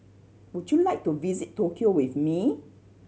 would you like to visit Tokyo with me